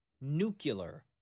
Nuclear